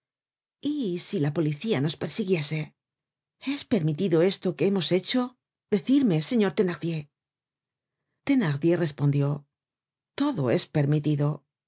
y si la policianos persiguiese es permitido esto que hemos hecho decidme señor thenardier thenardier respondió todo es permitido